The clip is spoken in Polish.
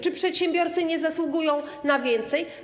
Czy przedsiębiorcy nie zasługują na więcej?